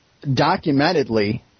documentedly